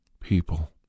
people